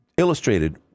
Illustrated